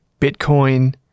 Bitcoin